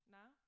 now